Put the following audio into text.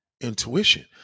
intuition